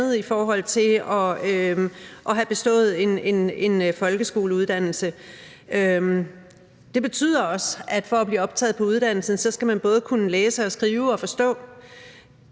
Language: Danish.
i forhold til at have bestået en folkeskoleuddannelse. Det betyder også, at man for at blive optaget både skal kunne læse, skive og forstå